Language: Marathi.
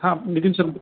हां नितीन सर